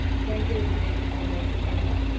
wednesday was the day people missed anyway.